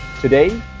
Today